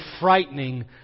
frightening